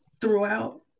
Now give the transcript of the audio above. throughout